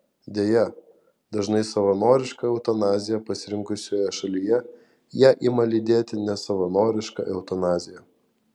deja dažnai savanorišką eutanaziją pasirinkusioje šalyje ją ima lydėti nesavanoriška eutanazija